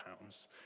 pounds